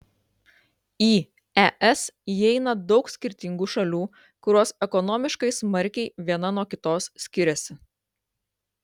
į es įeina daug skirtingų šalių kurios ekonomiškai smarkiai viena nuo kitos skiriasi